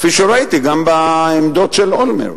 כפי שראיתי גם בעמדות של אולמרט,